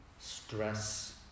stress